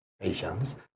patients